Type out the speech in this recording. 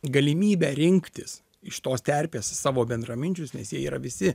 galimybę rinktis iš tos terpės savo bendraminčius nes jie yra visi